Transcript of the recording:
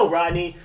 Rodney